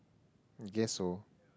I guess so